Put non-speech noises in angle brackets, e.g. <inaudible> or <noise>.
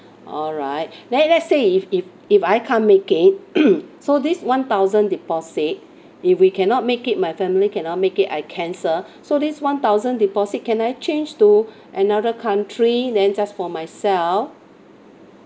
alright then let's say if if if I can't make it <noise> so this one thousand deposit if we cannot make it my family cannot make it I cancel so this one thousand deposit can I change to another country then just for myself